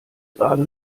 gerade